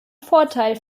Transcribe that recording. vorteil